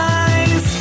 eyes